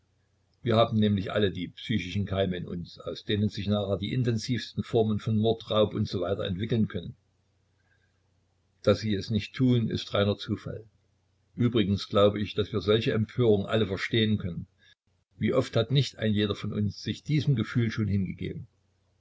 wir haben nämlich alle die psychischen keime in uns aus denen sich nachher die intensivsten formen von mord raub u s w entwickeln können daß sie es nicht tun ist reiner zufall übrigens glaube ich daß wir solche empörung alle verstehen können wie oft hat nicht ein jeder von uns sich diesem gefühl schon hingegeben